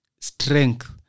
strength